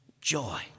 joy